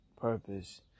purpose